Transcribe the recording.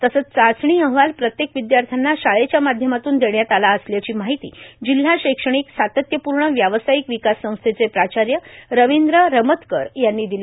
तसंच चाचणी अहवाल प्रत्येक विद्यार्थ्यांना शाळेच्या माध्यमातून देण्यात आला असल्याची माहिती जिल्हा शैक्षणिक सातत्यपूर्ण व्यावसायिक विकास संस्थेचे प्राचार्य रविंद्र रमतकर यांनी दिली